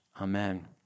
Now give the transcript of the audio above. Amen